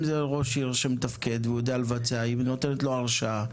זה ראש עיר מתפקד ומבצע היא נותנת לו הרשאה.